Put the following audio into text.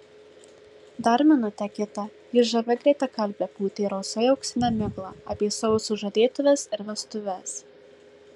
dar minutę kitą ji žavia greitakalbe pūtė rausvai auksinę miglą apie savo sužadėtuves ir vestuves